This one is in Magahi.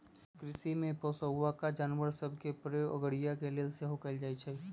कृषि में पोशौआका जानवर सभ के प्रयोग अगोरिया के लेल सेहो कएल जाइ छइ